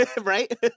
Right